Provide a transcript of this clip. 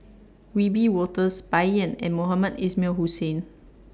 Wiebe Wolters Bai Yan and Mohamed Ismail Hussain